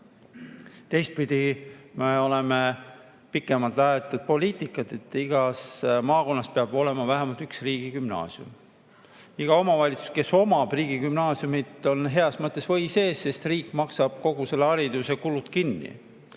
siis me oleme pikemalt ajanud poliitikat, et igas maakonnas peab olema vähemalt üks riigigümnaasium. Iga omavalitsus, kes omab riigigümnaasiumit, on heas mõttes või sees, sest riik maksab kogu selle hariduse kulud kinni.